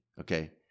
okay